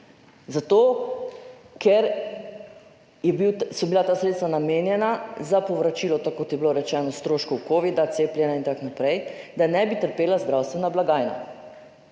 Zato ker so bila ta sredstva namenjena za povračilo, tako kot je bilo rečeno, stroškov covida, cepljenja in tako naprej, da ne bi trpela zdravstvena blagajna.